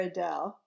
Adele